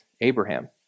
Abraham